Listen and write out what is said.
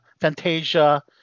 Fantasia